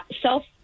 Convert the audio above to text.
self